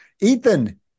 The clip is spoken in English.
Ethan